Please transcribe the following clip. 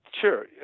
sure